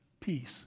peace